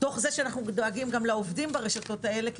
תוך זה שאנחנו דואגים לעובדים ברשתות האלה כי